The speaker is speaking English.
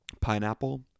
pineapple